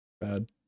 bad